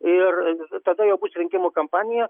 ir tada jau bus rinkimų kampanija